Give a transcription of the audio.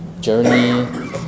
journey